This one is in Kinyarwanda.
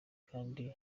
kandi